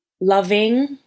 loving